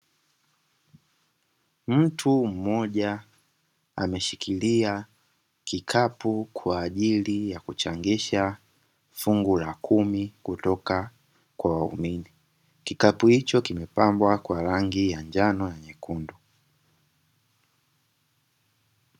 Mtu mmoja ameshikilia kikapu kwa ajili ya kuchangisha fungu la kumi, kutoka kwa waumini. Kikapu hicho limepambwa kwa rangi nyekundu na njano.